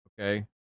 Okay